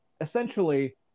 essentially